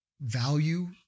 value